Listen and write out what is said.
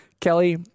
Kelly